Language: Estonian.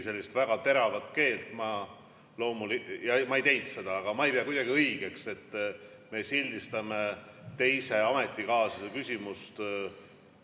sellist väga teravat keelt, aga ma ei teinud seda. Aga ma ei pea kuidagi õigeks, et me sildistame teise ametikaaslase küsimuse